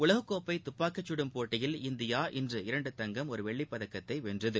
உலகக்கோப்பை தப்பாக்கிச் கடும் போட்டியில் இந்தியா இன்று இரண்டு தங்கம் ஒரு வெள்ளிப் பதக்கத்தை வென்றது